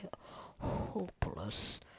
hopeless